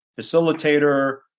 facilitator